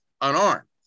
unarmed